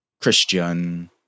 christian